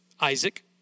Isaac